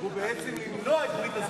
הוא בעצם למנוע את ברית הזוגיות.